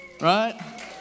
right